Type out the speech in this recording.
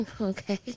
Okay